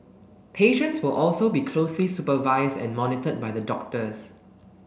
patients will also be closely supervise and monitored by the doctors